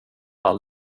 all